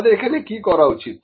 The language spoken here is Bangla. আমাদের এখন কি করা উচিত